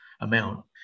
amount